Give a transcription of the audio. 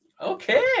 Okay